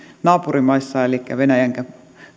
naapurimaissa elikkä venäjänkään